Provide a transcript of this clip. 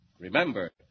Remember